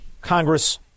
Congress